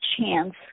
chance